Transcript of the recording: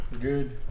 Good